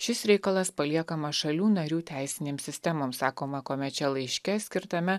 šis reikalas paliekamas šalių narių teisinėms sistemoms sakoma komeče laiške skirtame